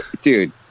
dude